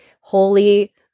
holy